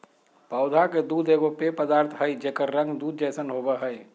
पौधा के दूध एगो पेय पदार्थ हइ जेकर रंग दूध जैसन होबो हइ